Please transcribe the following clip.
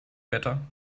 better